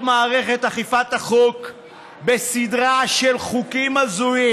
מערכת אכיפת החוק בסדרה של חוקים הזויים.